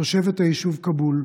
תושבת היישוב כאבול,